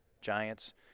Giants